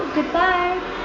Goodbye